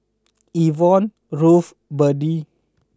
Yvonne Ruth Berdie